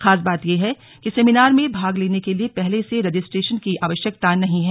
खास बात यह है कि सेमिनार में भाग लेने के लिए पहले से रजिस्ट्रेशन की आवश्यकता नहीं है